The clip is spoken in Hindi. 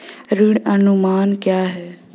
ऋण अनुमान क्या है?